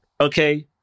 Okay